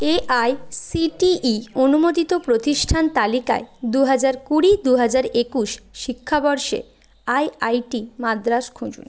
AICTE অনুমোদিত প্রতিষ্ঠান তালিকায় দু হাজার কুড়ি দু হাজার একুশ শিক্ষাবর্ষে আইআইটি মাদ্রাস খুঁজুন